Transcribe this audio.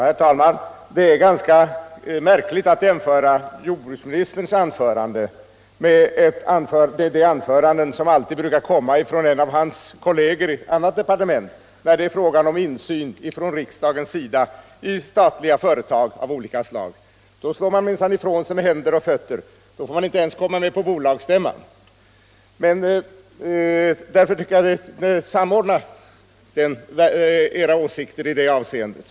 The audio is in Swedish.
Herr talman! Det är ganska märkligt att jämföra jordbruksministerns anförande med de anföranden som alltid brukar komma från en av hans kolleger i ett annat departement när det är fråga om insyn från riksdagens sida i statliga företag av olika slag. Då slår man minsann ifrån sig med händer och fötter, då får vi inte ens komma med på bolagsstämman. Därför tycker jag att ni bör samordna cra åsikter i det avseendet.